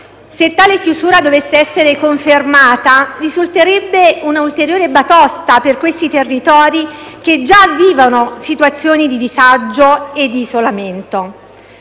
Se tale chiusura dovesse essere confermata, risulterebbe una ulteriore batosta per questi territori che già vivono situazioni di disagio e di isolamento.